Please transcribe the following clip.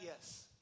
Yes